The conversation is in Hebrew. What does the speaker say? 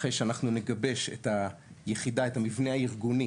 אחרי שאנחנו נגבש את המבנה הארגוני